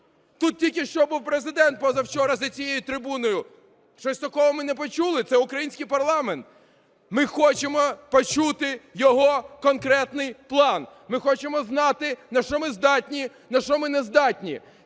Тут тільки що був Президент, позавчора, за цією трибуною. Щось такого ми не почули, це український парламент. Ми хочемо почути його конкретний план. Ми хочемо знати, на що ми здатні, на що ми не здатні,